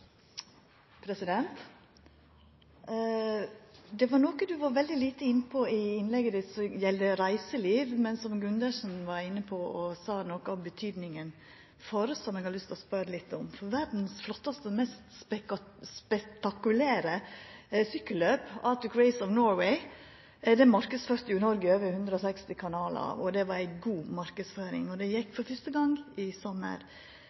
Det var noko representanten var veldig lite inne på i innlegget sitt, det som gjeld reiseliv. Men representanten Gundersen var inne på det og sa noko om betydninga for det, og det har eg lyst til å spørja litt om. Verdas flottaste og mest spektakulære sykkelløp, Arctic Race of Norway, er marknadsført i Noreg på over 160 kanalar, og det var ei god marknadsføring. Det gjekk for fyrste gong i